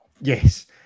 yes